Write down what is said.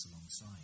alongside